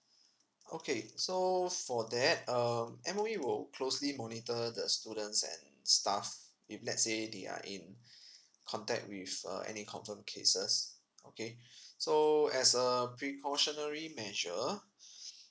okay so for that um M_O_E will closely monitor the students and staff if let's say they are in contact with uh any confirmed cases okay so as a precautionary measure